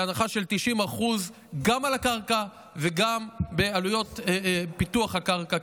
בהנחה של 90% גם על הקרקע וגם בעלויות פיתוח הקרקע,